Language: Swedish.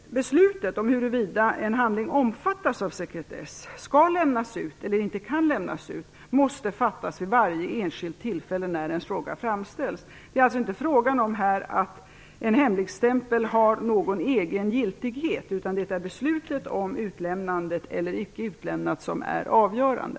Beslutet om huruvida en handling omfattas av sekretess och skall lämnas ut eller inte måste fattas vid varje enskilt tillfälle när en sådan fråga framställs. En hemligstämpel har alltså inte någon egen giltighet, utan det är beslutet om att handlingen skall utlämnas eller icke som är avgörande.